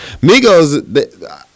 Migos